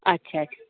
अच्छा अच्छा